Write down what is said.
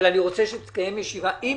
שתתקיים ישיבה.